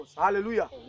Hallelujah